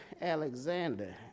Alexander